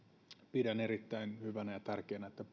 pidän erittäin hyvänä ja tärkeänä että